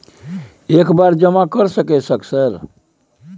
एक बार जमा कर सके सक सर?